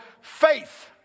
faith